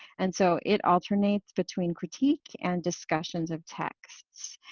and so it alternates between critique and discussions of texts.